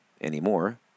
anymore